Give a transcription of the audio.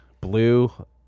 blue